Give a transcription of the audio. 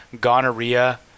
gonorrhea